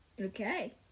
okay